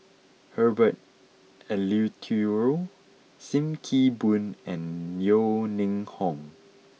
Herbert Eleuterio Sim Kee Boon and Yeo Ning Hong